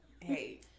Hey